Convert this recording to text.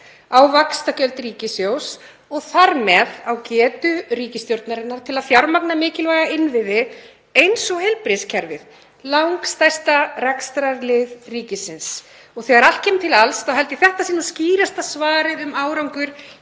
á vaxtagjöld ríkissjóðs og þar með á getu ríkisstjórnarinnar til að fjármagna mikilvæga innviði eins og heilbrigðiskerfið, langstærsta rekstrarlið ríkisins. Þegar allt kemur til alls þá held ég að þetta sé skýrasta svarið um árangur